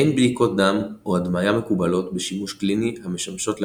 אין בדיקות דם או הדמיה מקובלות בשימוש קליני המשמשות לאבחנה.